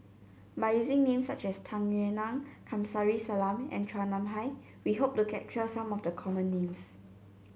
by using names such as Tung Yue Nang Kamsari Salam and Chua Nam Hai we hope to capture some of the common names